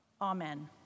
Amen